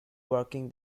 working